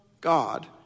God